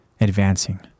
advancing